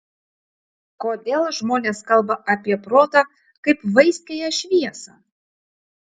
kodėl žmonės kalba apie protą kaip vaiskiąją šviesą